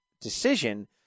decision